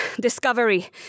discovery